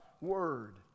word